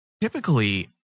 Typically